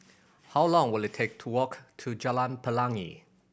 how long will it take to walk to Jalan Pelangi